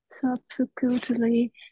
Subsequently